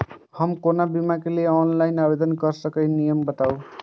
हम कोनो बीमा के लिए ऑनलाइन आवेदन करीके नियम बाताबू?